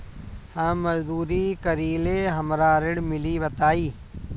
हम मजदूरी करीले हमरा ऋण मिली बताई?